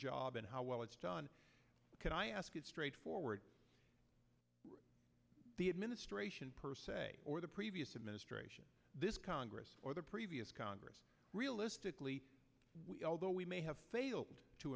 job and how well it's done can i ask you straight forward the administration per se or the previous administration this congress or the previous congress realistically although we may have failed to